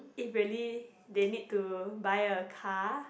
if really they need to buy a car